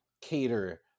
cater